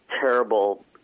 terrible